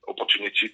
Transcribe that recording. opportunity